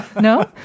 no